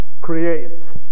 creates